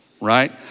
right